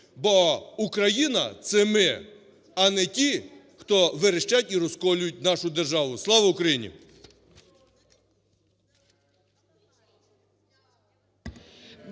Бо Україна – це ми, а не ті, хто верещать і розколюють нашу державу. Слава Україні!